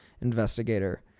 investigator